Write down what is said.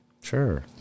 Sure